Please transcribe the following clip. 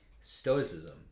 stoicism